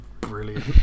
brilliant